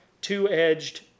two-edged